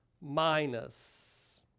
minus